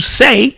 say